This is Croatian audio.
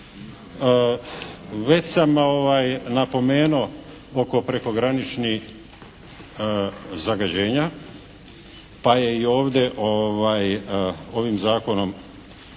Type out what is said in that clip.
Već sam napomenuo oko prekograničnih zagađenja pa je i ovdje ovim Zakonom